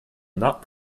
not